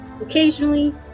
Occasionally